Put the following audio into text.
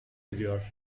ediyor